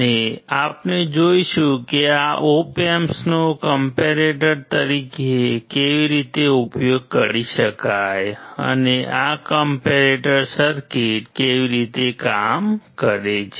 અને આપણે જોઈશું કે આ ઓપ એમ્પ્સનો કમ્પૅરેટર સર્કિટ કેવી રીતે કામ કરે છે